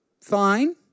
fine